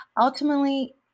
Ultimately